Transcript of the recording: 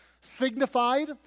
signified